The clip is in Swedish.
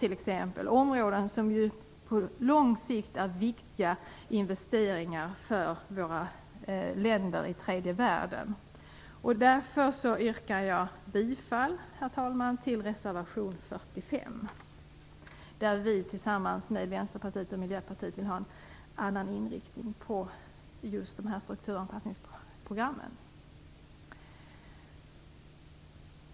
Det är områden som på lång sikt är viktiga investeringar för länder i tredje världen. Herr talman! Jag yrkar därför bifall till reservation Miljöpartiet vill ha en annan inriktning på just dessa strukturanpassningsprogrammen.